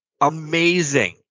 Amazing